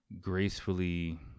gracefully